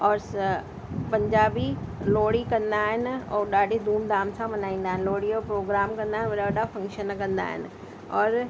और स पंजाबी लोहड़ी कंदा आहिनि ऐं ॾाढी धूम धाम सां मल्हाईंदा आहिनि लोहड़ीअ जो प्रोग्राम कंदा आहिनि उहो ॾाढा फंक्शन कंदा आहिनि और